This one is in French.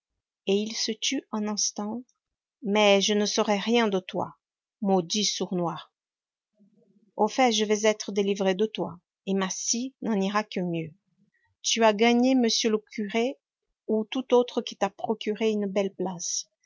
et il se tut un instant mais je ne saurai rien de toi maudit sournois au fait je vais être délivré de toi et ma scie n'en ira que mieux tu as gagné m le curé ou tout autre qui t'a procuré une belle place